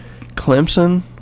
Clemson